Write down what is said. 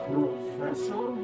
Professor